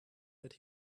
that